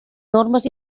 normes